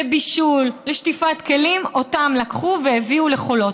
לבישול, לשטיפת כלים, אותם לקחו והביאו לחולות.